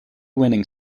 winning